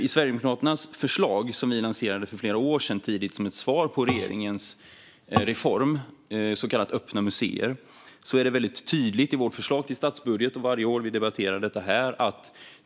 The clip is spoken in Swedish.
I Sverigedemokraternas årliga budgetmotion finns sedan flera år som ett svar på regeringens reform vårt förslag om öppna museer.